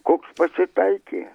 koks pasitaikė